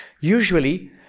Usually